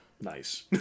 nice